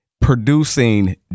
producing